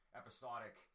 episodic